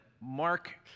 Mark